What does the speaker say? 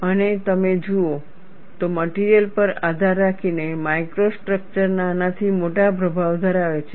અને જો તમે જુઓ તો મટીરીયલ પર આધાર રાખીને માઇક્રો સ્ટ્રક્ચર નાનાથી મોટા પ્રભાવ ધરાવે છે